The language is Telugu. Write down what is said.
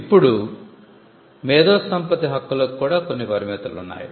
ఇప్పుడు మేధో సంపత్తి హక్కులకు కూడా కొన్ని పరిమితులు ఉన్నాయి